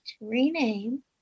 Rename